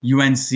UNC